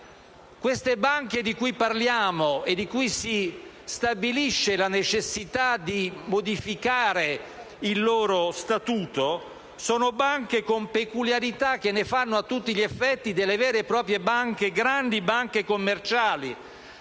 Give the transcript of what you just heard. Le banche di cui parliamo e di cui si stabilisce la necessità di modificare lo statuto sono banche con peculiarità che ne fanno a tutti gli effetti delle vere e proprie grandi banche commerciali.